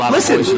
Listen